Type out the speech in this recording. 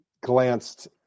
glanced